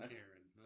Karen